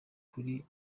kuri